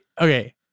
Okay